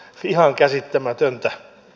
ihan käsittämätöntä